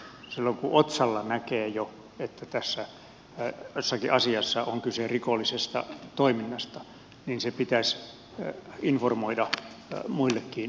silloin kun jo otsalla näkee että jossakin asiassa on kyse rikollisesta toiminnasta niin se pitäisi informoida muillekin viranomaisille